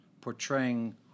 portraying